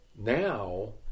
now